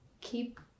Keep